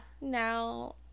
Now